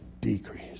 decrease